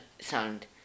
sound